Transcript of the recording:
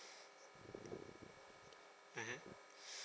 mmhmm